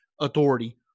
authority